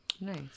nice